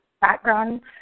background